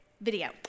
video